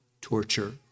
torture